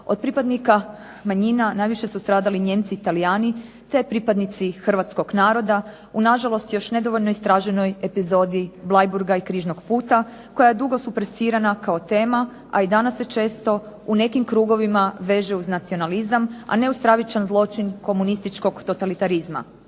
od pripadnika manjina najviše su stradali Nijemci i Talijani te pripadnici Hrvatskog naroda u na žalost još nedovoljno istraženoj epizodi Bleiburga i Križnog puta koji je dugo supresirana kao tema, a i danas se često u nekim krugovima veže uz nacionalizam a ne uz stravičan zločin komunističkog totalitarizma.